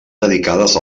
dedicades